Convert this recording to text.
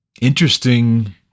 Interesting